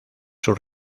sus